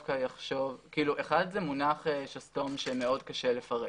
אחד, זה מונח שסתום שמאוד קשה לפרש.